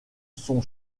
son